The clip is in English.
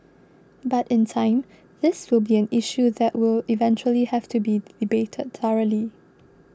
but in time this will be an issue that will eventually have to be debated thoroughly